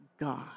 God